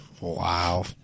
Wow